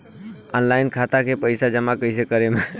Online खाता मे पईसा जमा कइसे करेम?